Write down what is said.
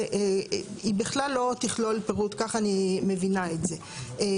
והיא בכלל לא תכלול פירוט, כך אני מבינה את זה.